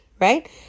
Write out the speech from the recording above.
right